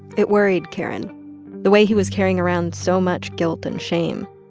it worried karen the way he was carrying around so much guilt and shame.